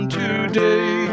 today